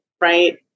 right